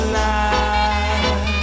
life